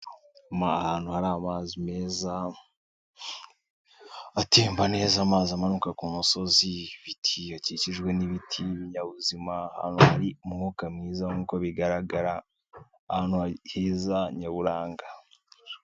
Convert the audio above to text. Ni ahantu hari amazi meza atemba neza amazi amanuka ku musozi, ibiti akikijwe n'ibiti ibinyabuzima hari umwuka mwiza nkuko bigaragara ahantu heza nyaburanga.